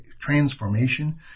transformation